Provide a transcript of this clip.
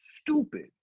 stupid